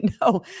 No